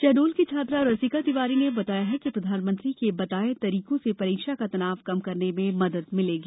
शहडोल की छात्रा रसिका तिवारी ने बताया कि प्रधानमंत्री के बताये तरीकों से परीक्षा का तनाव कम करने में मदद मिलेगी